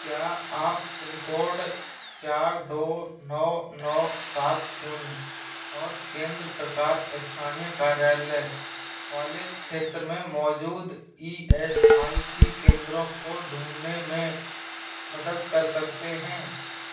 क्या आप पिनकोड चार दौ नौ नौ सात शून्य और केंद्र प्रकार स्थानीय कार्यालय वाले क्षेत्र में मौजूद ई एस आई सी केंद्रों को ढूँढने में मदद कर सकते हैं